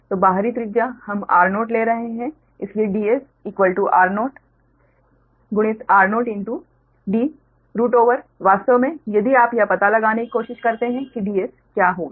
तो बाहरी त्रिज्या हम r0 ले रहे हैं इसलिए Ds r0 गुणित r0 d रूट ओवर वास्तव में यदि आप यह पता लगाने की कोशिश करते हैं कि Ds क्या होगा